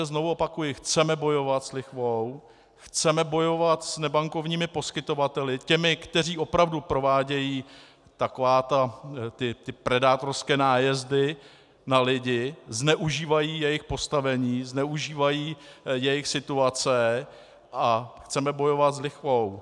Znovu tedy opakuji: Chceme bojovat s lichvou, chceme bojovat s nebankovními poskytovateli, těmi, kteří opravdu provádějí takové ty predátorské nájezdy na lidi, zneužívají jejich postavení, zneužívají jejich situace, a chceme bojovat s lichvou.